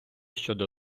щодо